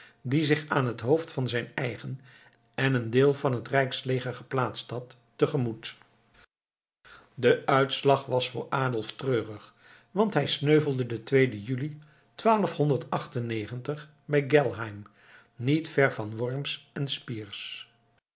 die zich aan het hoofd van zijn eigen en een deel van het rijksleger geplaatst had tegemoet de uitslag was voor adolf treurig want hij sneuvelde den tweeden juli bij gellheim niet ver van worms en spiers